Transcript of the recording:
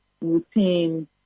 routine